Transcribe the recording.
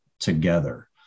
together